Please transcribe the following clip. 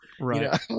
Right